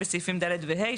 בסעיפים ד' ו-ה',